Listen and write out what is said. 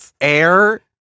Air